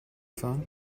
fahren